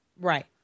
Right